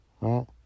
Right